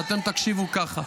ואתם תקשיבו ככה.